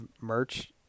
merch